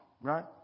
right